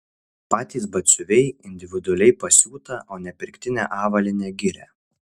patys batsiuviai individualiai pasiūtą o ne pirktinę avalynę giria